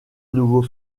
nouveau